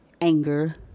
anger